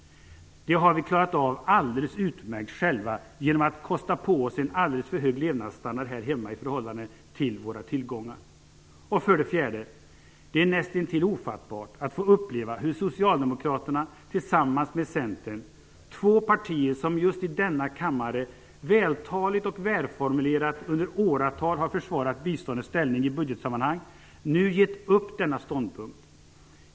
Det har vi klarat av alldeles utmärkt själva genom att kosta på oss en alldeles för hög levnadsstandard här hemma i förhållande till våra tillgångar. 4. Det är näst intill ofattbart att få uppleva hur Socialdemokraterna tillsammans med Centern - två partier som just i denna kammare vältaligt och välformulerat under åratal har försvarat biståndets ställning i budgetsammanhang - nu gett upp denna ståndpunkt.